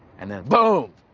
and then boom!